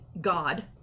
God